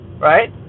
Right